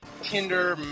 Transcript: Tinder